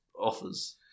offers